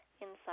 inside